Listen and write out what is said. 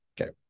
Okay